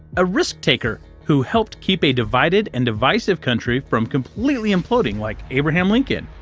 a risk-taker, who helped keep a divided and divisive country from completely imploding like abraham lincoln?